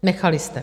Nechali jste.